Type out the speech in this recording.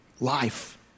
life